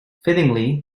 fittingly